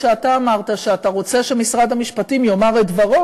נדמה לי שאתה אמרת שאתה רוצה שמשרד המשפטים יאמר את דברו,